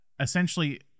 Essentially